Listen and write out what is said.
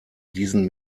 diesen